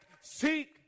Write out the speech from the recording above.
seek